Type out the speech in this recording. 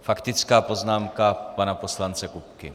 Faktická poznámka pana poslance Kupky.